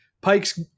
Pike's